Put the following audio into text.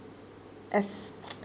as